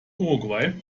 uruguay